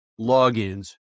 logins